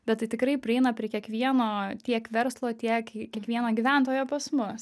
bet tai tikrai prieina prie kiekvieno tiek verslo tiek kiekvieno gyventojo pas mus